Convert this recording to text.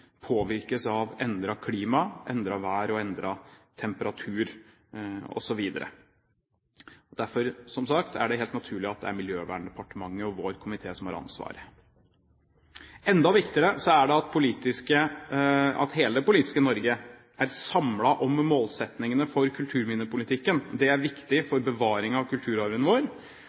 påvirkes av endret klima, endret vær og endret temperatur osv. Derfor er det som sagt helt naturlig at det er Miljøverndepartementet og vår komité som har ansvaret. Enda viktigere er det at hele det politiske Norge er samlet om målsetningene for kulturminnepolitikken. Det er viktig for bevaring av kulturarven vår,